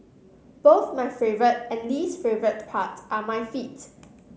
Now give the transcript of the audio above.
both my favourite and least favourite part are my feet